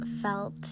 felt